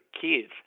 kids